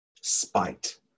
spite